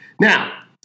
Now